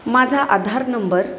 माझा आधार नंबर